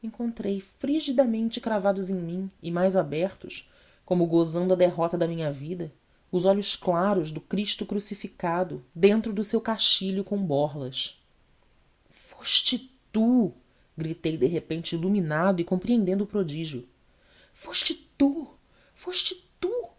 encontrei frigidamente cravados em mim e mais abertos como gozando a derrota da minha vida os olhos claros do cristo crucificado dentro do seu caixilho com borlas foste tu gritei de repente iluminado e compreendendo o prodígio foste tu foste tu